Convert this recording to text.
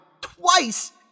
twice